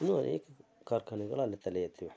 ಇನ್ನೂ ಅನೇಕ ಕಾರ್ಖಾನೆಗಳು ಅಲ್ಲಿ ತಲೆ ಎತ್ತಿವೆ